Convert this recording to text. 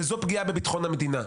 וזו פגיעה בביטחון המדינה.